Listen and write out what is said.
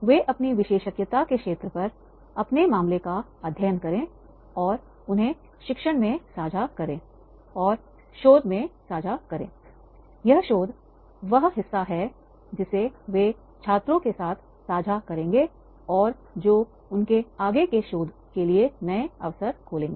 वे अपनी विशेषज्ञता के क्षेत्र पर अपने मामले का अध्ययन करें और उन्हें शिक्षण में साझा करें और उन्हें शोध में साझा करें यह शोध वह हिस्सा है जिसे वे छात्रों के साथ साझा करेंगे और जो उनके आगे के शोध के लिए नए अवसर खोलेगा